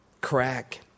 crack